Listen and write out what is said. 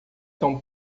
tão